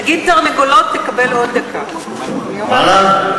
תגיד "תרנגולות" תקבל עוד דקה, אני אומרת לך.